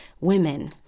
women